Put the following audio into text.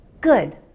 Good